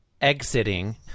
exiting